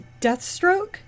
Deathstroke